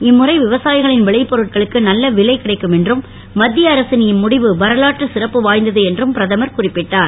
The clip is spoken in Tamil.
இம்முறை விவசாயிகளின் விளைபொருட்களுக்கு நல்ல விலை இடைக்கும் என்றும் மத்திய அரசின் இம்முடிவு வரலாற்றுச் சிறப்பு வாய்ந்த்து என்றும் பிரதமர் குறிப்பிட்டார்